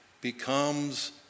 becomes